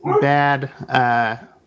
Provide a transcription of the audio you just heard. bad